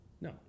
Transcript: No